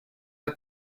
the